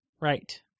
right